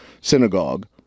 synagogue